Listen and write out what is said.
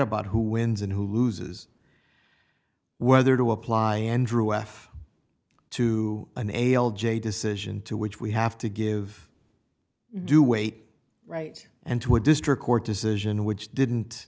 about who wins and who loses whether to apply andrew f to nail j decision to which we have to give due weight right and to a district court decision which didn't